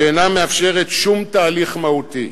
שאינה מאפשרת שום תהליך מהותי.